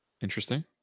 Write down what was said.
interesting